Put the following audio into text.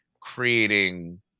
creating